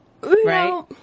Right